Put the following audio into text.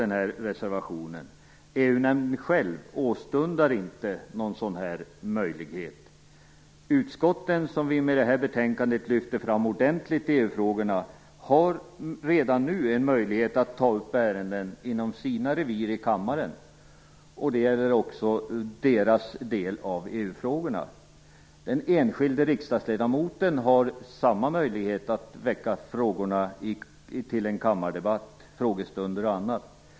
nämnden själv åstundar inte någon sådan möjlighet. Utskotten - som vi i och med detta betänkande lyfter fram ordentligt i EU-frågorna - har redan nu en möjlighet att ta upp ärenden i kammaren inom sina revir. Det gäller också deras del av EU-frågorna. Den enskilde riksdagsledamoten har samma möjlighet att väcka frågorna till en kammardebatt, frågestunder och annat.